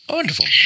Wonderful